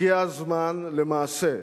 הגיע הזמן למעשה,